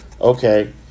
Okay